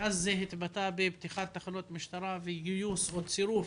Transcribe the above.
מה שהתבטא בפתיחת תחנות משטרה וצירוף